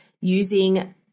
using